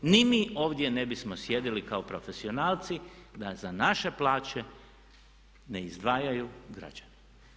Ni mi ovdje ne bismo sjedili kao profesionalni da za naše plaće ne izdvajaju građani.